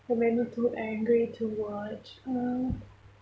what made me too angry to watch um